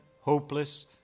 hopeless